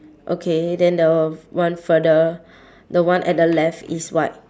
okay then the one further the one at the left is what